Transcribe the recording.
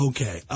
Okay